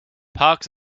parks